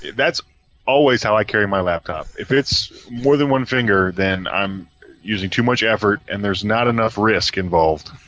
that's always how i carry my laptop. if it's more than one finger then i'm using too much effort and there's not enough risk involved.